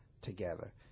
together